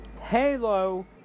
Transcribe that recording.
Halo